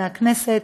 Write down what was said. מהכנסת,